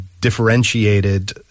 differentiated